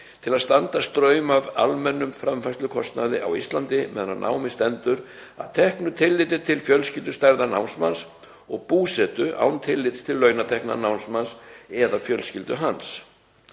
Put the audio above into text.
til að standa straum af almennum framfærslukostnaði á Íslandi meðan á námi stendur að teknu tilliti til fjölskyldustærðar námsmanns og búsetu en án tillits til launatekna námsmanns eða fjölskyldu hans.